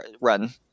run